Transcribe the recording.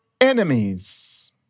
enemies